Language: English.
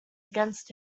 against